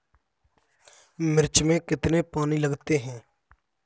मिर्च में कितने पानी लगते हैं?